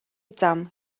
зам